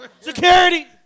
Security